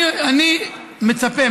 אני מצפה,